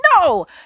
no